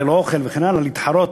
ללא אוכל וכן הלאה ולהתחרות